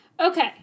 Okay